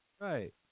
Right